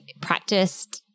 practiced